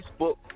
Facebook